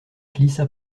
glissa